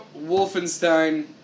Wolfenstein